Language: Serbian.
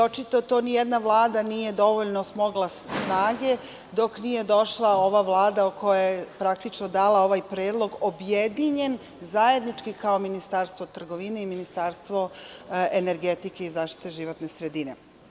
Očito ni jedna vlada nije dovoljno smogla snage, dok nije došla ova Vlada koja je dala ovaj predlog objedinjen, zajednički, kao Ministarstvo trgovine i Ministarstvo energetike i zaštite životne sredine.